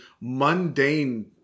mundane